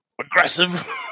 aggressive